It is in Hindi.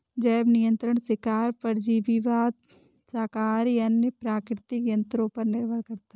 जैव नियंत्रण शिकार परजीवीवाद शाकाहारी या अन्य प्राकृतिक तंत्रों पर निर्भर करता है